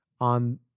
on